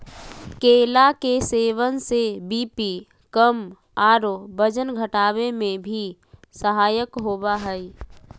केला के सेवन से बी.पी कम आरो वजन घटावे में भी सहायक होबा हइ